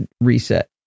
reset